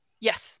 Yes